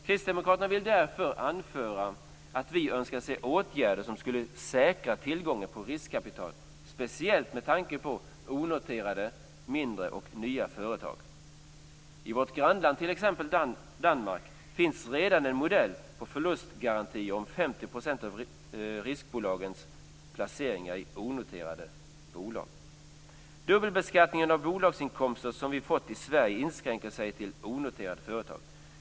Kristdemokraterna vill därför anföra att vi önskar se åtgärder som skulle säkra tillgången på riskkapital, speciellt med tanke på onoterade, mindre och nya företag. I vårt grannland Danmark finns redan en modell med förlustgarantier om 50 % av riskbolagens placeringar i onoterade bolag. Dubbelbeskattningen av bolagsinkomster som vi fått i Sverige inskränker sig till onoterade företag.